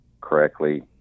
correctly